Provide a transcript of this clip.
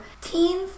Teens